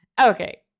okay